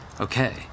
okay